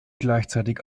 gleichzeitig